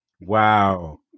Wow